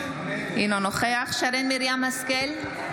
אינו נוכח שרן מרים השכל,